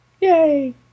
Yay